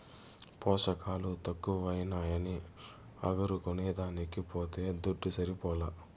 పోసకాలు తక్కువైనాయని అగరు కొనేదానికి పోతే దుడ్డు సరిపోలా